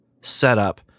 setup